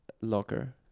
locker